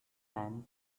man